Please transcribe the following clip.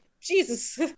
jesus